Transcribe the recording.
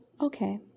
Okay